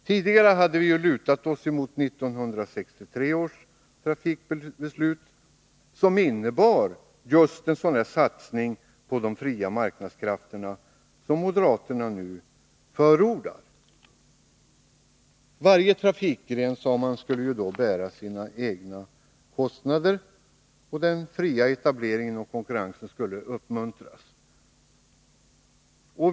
Tidigare hade vi lutat oss mot 1963 års trafikpolitiska beslut, som innebar just en sådan satsning på de fria marknadskrafterna som moderaterna nu förordar. Varje trafikgren, sade man, skulle då bära sina egna kostnader. Den fria etableringen och konkurrensen skulle uppmuntras.